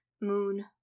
moon